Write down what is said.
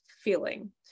feeling